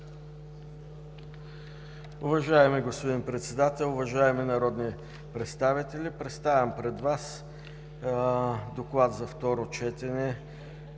Уважаеми господин Председател, уважаеми народни представители! Представям пред Вас доклад за второ четене